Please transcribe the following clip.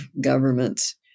governments